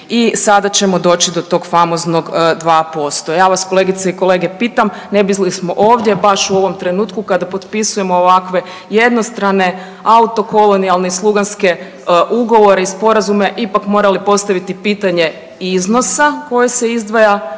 i sada ćemo doći do tog famoznog 2%. Ja vas, kolegice i kolege, pitam ne bismo li ovdje baš u ovom trenutku kada potpisujemo ovakve jednostrane autokolonijalne i sluganske ugovore i sporazume, ipak morali postaviti pitanje iznosa koji se izdvaja